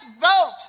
vote